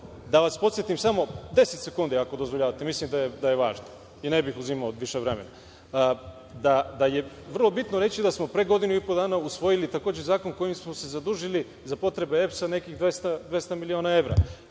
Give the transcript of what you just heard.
Da vas podsetim samo, deset sekundi, ako dozvoljavate, mislim da je važno i ne bih uzimao više vremena, da je vrlo bitno reći da smo pre godinu i po dana usvojili zakon kojim smo se zadužili za potrebe EPS-a nekih 200 miliona evra.